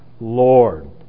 Lord